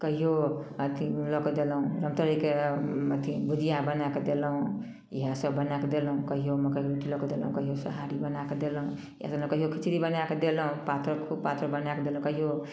कहियो अथी लऽ कऽ देलहुँ तोरीके अथी भुजिआ बनाए कऽ देलहुँ ईहए सब बनाए कऽ देलहुँ कहियो मकैके रोटी लऽ कऽ देलहुँ कहियो सोहारी बनाए कऽ देलहुँ कहियो खिचड़ी बनाए कऽ देलहुँ पातर खुब पातर बनाए कऽ देलहुँ कहियो